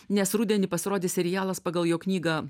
nes rudenį pasirodys serialas pagal jo knygą